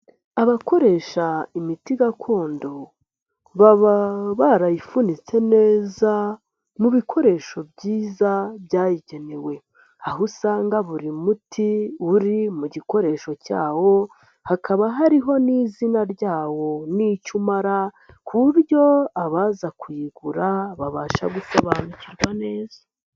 Abakoresha imiti gakondo baba barayifunitse neza mu bikoresho byiza byayigenewe, aho usanga buri muti uri mu gikoresho cyawo, hakaba hariho n'izina ryawo n'icyo umara ku buryo abaza kuyigura babasha gusobanukirwa neza.